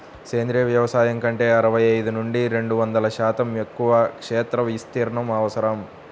సేంద్రీయ వ్యవసాయం కంటే అరవై ఐదు నుండి రెండు వందల శాతం ఎక్కువ క్షేత్ర విస్తీర్ణం అవసరం